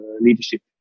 leadership